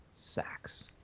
Sacks